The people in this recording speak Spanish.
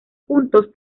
juntos